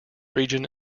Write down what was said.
region